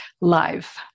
live